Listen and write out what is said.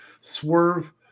Swerve